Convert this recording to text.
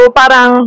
parang